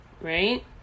right